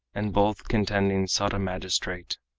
and both contending sought a magistrate.